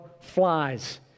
flies